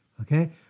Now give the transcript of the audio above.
okay